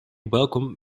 welcome